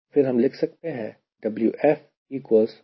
तो फिर हम लिख सकते हैं यहां C क्या है